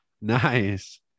Nice